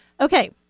Okay